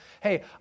hey